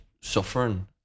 suffering